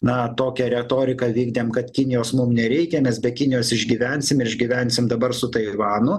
na tokią retoriką vykdėm kad kinijos mum nereikia mes be kinijos išgyvensim ir išgyvensim dabar su taivanu